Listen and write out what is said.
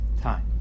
time